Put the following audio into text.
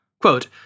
Quote